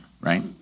right